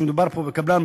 כשמדובר פה בקבלן,